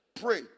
Pray